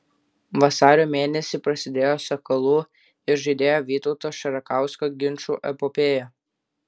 vasario mėnesį prasidėjo sakalų ir žaidėjo vytauto šarakausko ginčų epopėja